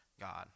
God